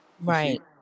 Right